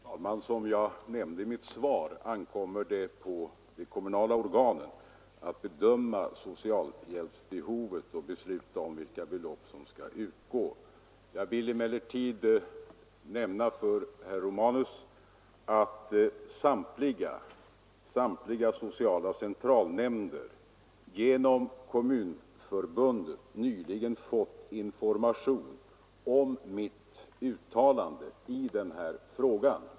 Herr talman! Som jag nämnde i mitt svar ankommer det på de kommunala organen att bedöma socialhjälpsbehovet och besluta om vilka belopp som skall utgå. Jag vill emellertid nämna för herr Romanus att samtliga sociala centralnämnder genom Kommunförbundet nyligen har fått information om mitt uttalande i den här frågan.